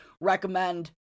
recommend